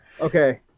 Okay